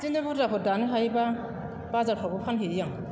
बिदिनो बुरजाफोर दानो हायोब्ला बाजारफ्रावबो फानहैयो आं